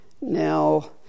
Now